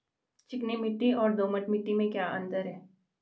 चिकनी मिट्टी और दोमट मिट्टी में क्या अंतर है?